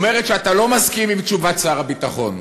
אומרת שאתה לא מסכים עם תשובת שר הביטחון?